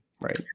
Right